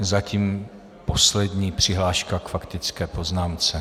Zatím poslední přihláška k faktické poznámce.